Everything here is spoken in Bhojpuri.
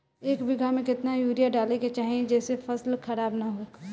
एक बीघा में केतना यूरिया डाले के चाहि जेसे फसल खराब ना होख?